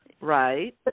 Right